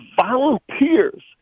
volunteers